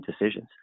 decisions